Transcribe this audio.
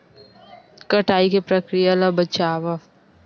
कटाई के प्रक्रिया ला बतावव?